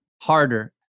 Harder